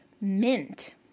mint